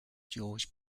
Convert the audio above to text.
jorge